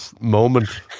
moment